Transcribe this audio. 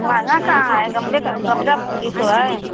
महँगा कहाँ है गमले का गमला भी तो है